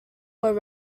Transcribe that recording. were